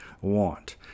want